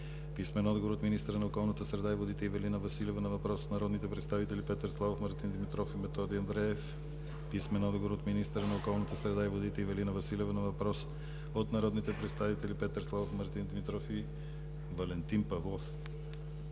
писмен отговор от министъра на околната среда и водите Ивелина Василева на въпрос от народните представители Петър Славов, Мартин Димитров и Методи Андреев; - писмен отговор от министъра на околната среда и водите Ивелина Василева на въпрос от народните представители Петър Славов, Мартин Димитров и Валентин Павлов;